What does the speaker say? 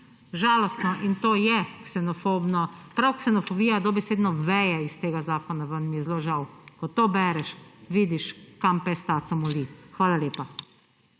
žalostno in to je ksenofobno. Prav ksenofobija dobesedno veje iz tega zakona ven, mi je zelo žal. Ko to bereš, vidiš, kam pes taco moli. Hvala lepa.